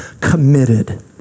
committed